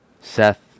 Seth